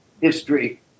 history